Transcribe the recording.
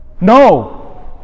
No